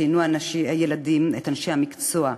ציינו הילדים את אנשי המקצוע,